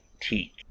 teach